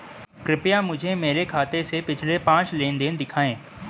कृपया मुझे मेरे खाते से पिछले पांच लेनदेन दिखाएं